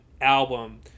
album